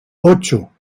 ocho